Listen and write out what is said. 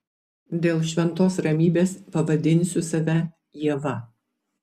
dėl šventos ramybės pavadinsiu save ieva